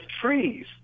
trees